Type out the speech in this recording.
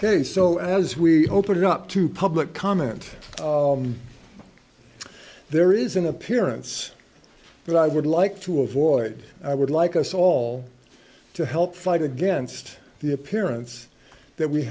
ok so as we open it up to public comment there is an appearance that i would like to avoid i would like us all to help fight against the appearance that we